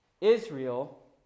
Israel